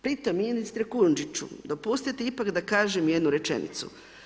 Pritom ministre Kujundžiću, dopustite ipak da kažem jednu rečenicu.